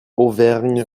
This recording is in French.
auvergne